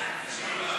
זה קצר.